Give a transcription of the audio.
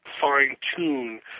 fine-tune